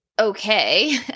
okay